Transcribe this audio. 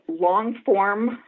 long-form